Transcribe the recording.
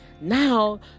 now